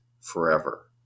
forever